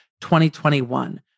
2021